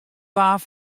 waar